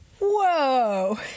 Whoa